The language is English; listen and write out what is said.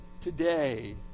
today